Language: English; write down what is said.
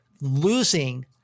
losing